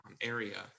area